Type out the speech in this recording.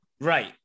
right